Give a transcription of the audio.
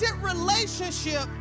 relationship